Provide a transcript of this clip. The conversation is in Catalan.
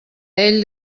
ell